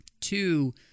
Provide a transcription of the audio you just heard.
two